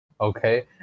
okay